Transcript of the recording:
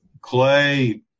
Clay